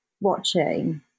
watching